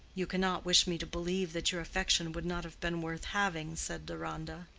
you cannot wish me to believe that your affection would not have been worth having, said deronda,